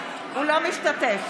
אינו משתתף